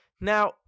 Now